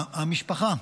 המשפחה,